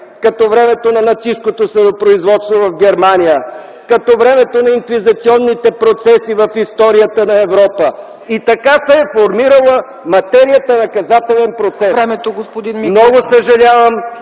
като времето на нацисткото съдопроизводство в Германия, като времето на инквизационните процеси в историята на Европа. Така се е формирала материята „наказателен процес”.